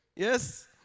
Yes